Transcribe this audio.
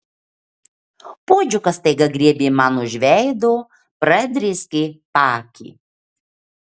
puodžiukas staiga griebė man už veido pradrėskė paakį